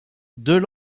deux